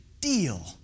deal